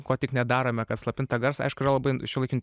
ko tik nedarome kad slopint tą garsą aišku yra labai šiuolaikinių